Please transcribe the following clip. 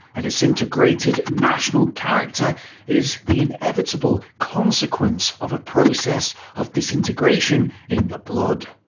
a disintegrated national character is the inevitable consequence of a process of disintegration in the blood.